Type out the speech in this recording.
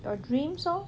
your dreams lor